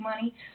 money